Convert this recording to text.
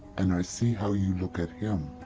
and i see how you look at him.